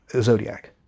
zodiac